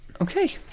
Okay